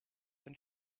been